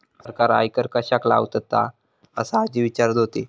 सरकार आयकर कश्याक लावतता? असा आजी विचारत होती